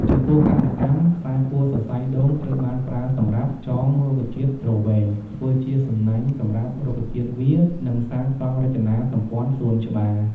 ចំពោះកសិកម្ម ខ្សែពួរសរសៃដូងត្រូវបានប្រើសម្រាប់ ចងរុក្ខជាតិទ្រវែង ធ្វើជាសំណាញ់សម្រាប់រុក្ខជាតិវារ និងសាងសង់រចនាសម្ព័ន្ធសួនច្បារ។